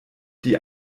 die